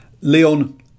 Leon